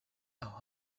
aho